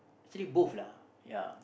sea food lah ya